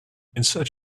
insert